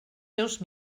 seus